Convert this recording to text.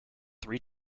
three